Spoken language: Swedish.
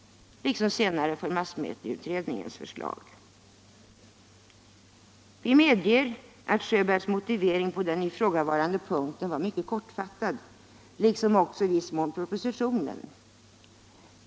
Det måste naturligtvis medges att Sjöbergs motivering på den ifrågavarande punkten var mycket kortfattad, liksom också i viss mån i prop.